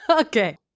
Okay